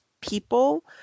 people